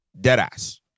Deadass